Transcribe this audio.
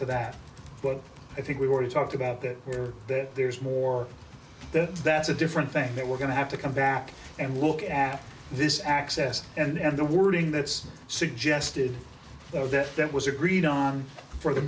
to that but i think we've already talked about that that there's more that's that's a different thing that we're going to have to come back and look at this access and the wording that's suggested that that was agreed upon for the